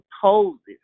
poses